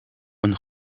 een